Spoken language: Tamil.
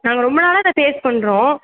நாங்கள் ரொம்ப நாளாக இதை ஃபேஸ் பண்ணுறோம்